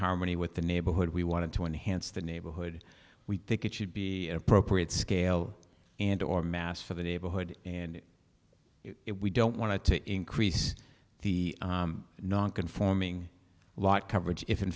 harmony with the neighborhood we wanted to enhance the neighborhood we think it should be appropriate scale and or mass for the neighborhood and we don't want to increase the non conforming lot coverage if in